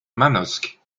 manosque